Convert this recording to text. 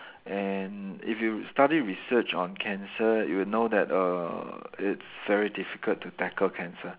and if you study research on cancer you will know that err it's very difficult to tackle cancer